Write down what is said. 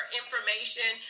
information